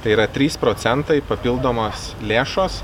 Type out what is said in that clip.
tai yra trys procentai papildomos lėšos